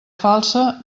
falsa